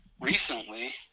recently